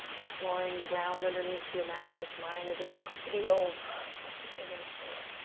exploring the ground underneath your mat, which mine is a rickety old wooden floor.